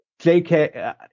JK